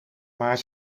maar